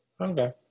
Okay